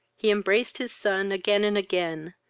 he embraced his son again and again,